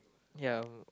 ya